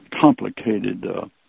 complicated